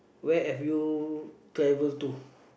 where have you travel to